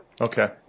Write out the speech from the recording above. okay